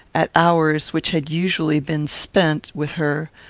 at hours which had usually been spent with her,